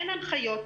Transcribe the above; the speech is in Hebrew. אין הנחיות,